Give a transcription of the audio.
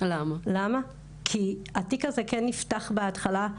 כי התיק הזה כן נפתח בהתחלה.